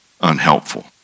unhelpful